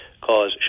cause